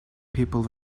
people